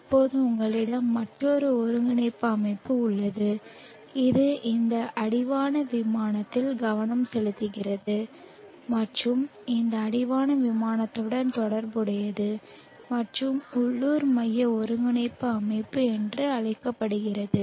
இப்போது உங்களிடம் மற்றொரு ஒருங்கிணைப்பு அமைப்பு உள்ளது இது இந்த அடிவான விமானத்தில் கவனம் செலுத்துகிறது மற்றும் இந்த அடிவான விமானத்துடன் தொடர்புடையது மற்றும் உள்ளூர் மைய ஒருங்கிணைப்பு அமைப்பு என்று அழைக்கப்படுகிறது